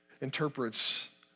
interprets